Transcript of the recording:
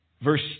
Verse